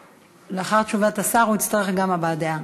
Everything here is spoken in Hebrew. לאחר תשובת השר הוא יצטרך גם הבעת דעה.